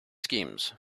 schemes